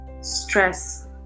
stress